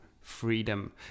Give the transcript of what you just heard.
freedom